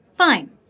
Fine